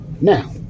Now